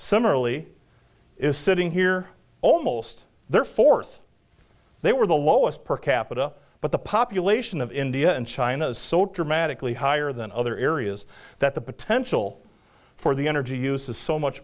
similarly is sitting here almost there fourth they were the lowest per capita but the population of india and china is so dramatically higher than other areas that the potential for the energy use is so much